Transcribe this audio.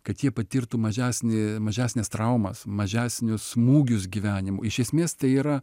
kad jie patirtų mažesnį mažesnes traumas mažesnius smūgius gyvenimui iš esmės tai yra